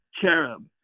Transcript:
cherub